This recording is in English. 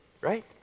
right